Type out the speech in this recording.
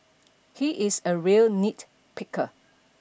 he is a real nitpicker